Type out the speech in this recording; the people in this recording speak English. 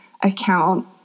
account